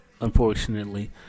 Unfortunately